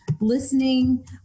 listening